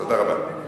תודה רבה.